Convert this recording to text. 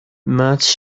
must